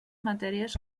matèries